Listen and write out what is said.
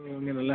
ഓ ഇങ്ങനെ അല്ലേ